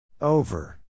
Over